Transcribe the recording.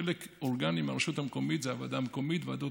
חלק אורגני מהרשות המקומית זה הוועדה המקומית,